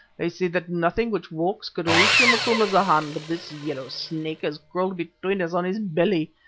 i said that nothing which walks could reach you, macumazana, but this yellow snake has crawled between us on his belly.